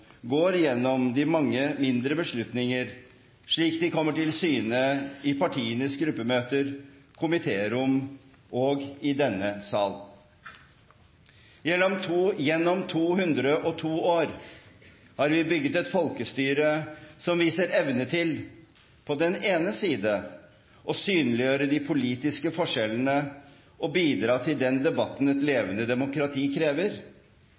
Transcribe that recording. går gjennom de mange mindre beslutninger, slik de kommer til syne i partienes gruppemøter, komitérom og i denne sal. Gjennom 202 år har vi bygget et folkestyre som viser evne til på den ene side å synliggjøre de politiske forskjellene og bidra til den debatten et levende demokrati krever,